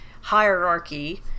hierarchy